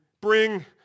Bring